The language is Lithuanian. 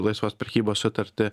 laisvos prekybos sutartį